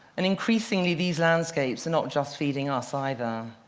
and increasingly these landscapes are not just feeding us either.